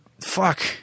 fuck